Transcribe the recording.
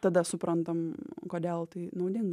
tada suprantam kodėl tai naudinga